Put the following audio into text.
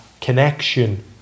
connection